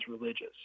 religious